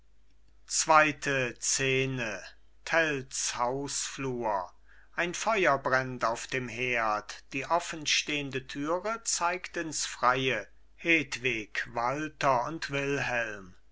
zweite szene tells hausflur ein feuer brennt auf dem herd die offenstehende türe zeigt ins freie hedwig walther und wilhelm